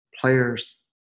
players